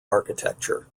architecture